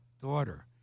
daughter